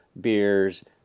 beers